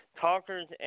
talkers